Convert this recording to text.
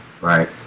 right